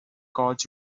chords